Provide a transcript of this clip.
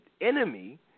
enemy